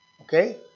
Okay